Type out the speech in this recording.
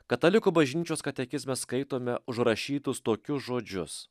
katalikų bažnyčios katekizme skaitome užrašytus tokius žodžius